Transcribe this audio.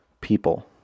people